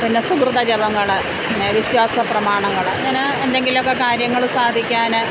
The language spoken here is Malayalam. പിന്നെ സുകൃത ജപങ്ങൾ പിന്നെ വിശ്വാസ പ്രമാണങ്ങൾ അങ്ങനാ എന്തെങ്കിലുമൊക്കെ കാര്യങ്ങൾ സാധിക്കാൻ